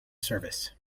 service